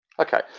Okay